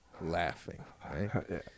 laughing